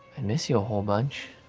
and miss you a whole bunch,